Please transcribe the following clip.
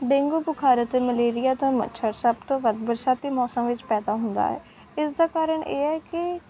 dengue ਬੁਖਾਰ ਅਤੇ malaria ਦਾ ਮੱਛਰ ਸਭ ਤੋਂ ਵੱਧ ਬਰਸਾਤੀ ਮੌਸਮ ਵਿੱਚ ਪੈਦਾ ਹੁੰਦਾ ਹੈ ਇਸ ਦਾ ਕਾਰਨ ਇਹ ਹੈ ਕਿ